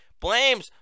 blames